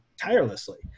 tirelessly